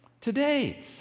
today